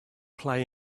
play